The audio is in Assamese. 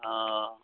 অঁ